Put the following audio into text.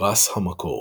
פרס המקור